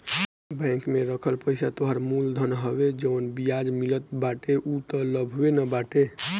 bank में रखल पईसा तोहरा मूल धन हवे जवन बियाज मिलत बाटे उ तअ लाभवे न बाटे